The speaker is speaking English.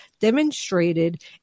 demonstrated